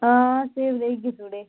हां सेब लेई गीतें जुगड़े